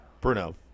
Bruno